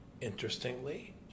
Interestingly